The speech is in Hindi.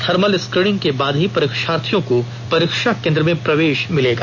थर्मल स्क्रीनिंग के बाद ही परीक्षार्थियों को परीक्षा केन्द्र में प्रवेश मिलेगा